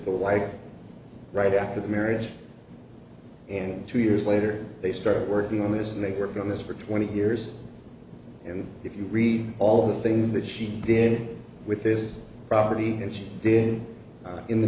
the life right after the marriage and two years later they started working on this and they were going this for twenty years and if you read all the things that she did with this property and she did in the